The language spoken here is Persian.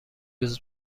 روز